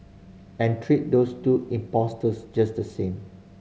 and treat those two impostors just the same